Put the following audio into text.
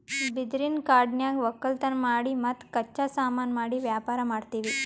ಬಿದಿರಿನ್ ಕಾಡನ್ಯಾಗ್ ವಕ್ಕಲತನ್ ಮಾಡಿ ಮತ್ತ್ ಕಚ್ಚಾ ಸಾಮಾನು ಮಾಡಿ ವ್ಯಾಪಾರ್ ಮಾಡ್ತೀವಿ